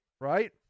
right